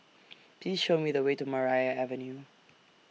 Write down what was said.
Please Show Me The Way to Maria Avenue